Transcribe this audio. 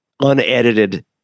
unedited